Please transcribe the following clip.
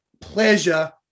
pleasure